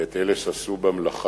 ואת אלה שעשו במלאכה